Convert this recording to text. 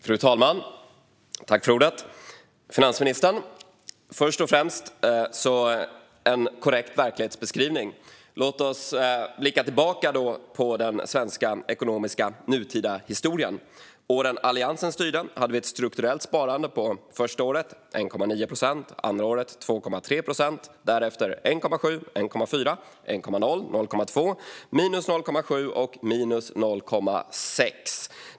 Fru talman och finansministern! Först och främst vill jag ge en korrekt verklighetsbeskrivning. Låt oss blicka tillbaka på den svenska ekonomiska nutidshistorien. Åren Alliansen styrde hade vi ett strukturellt sparande på första året 1,9 procent, andra året 2,3 procent, därefter 1,7; 1,4; 1,0; 0,2; minus 0,7 och minus 0,6 procent.